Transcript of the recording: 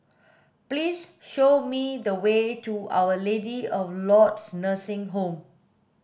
please show me the way to Our Lady of Lourdes Nursing Home